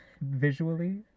visually